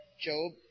Job